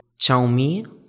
Xiaomi